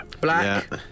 Black